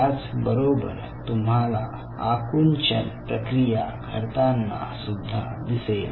त्याच बरोबर तुम्हाला आकुंचन प्रक्रिया घडतांना सुद्धा दिसेल